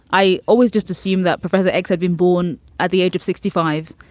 i always just assumed that professor x had been born at the age of sixty five